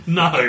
no